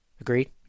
Agreed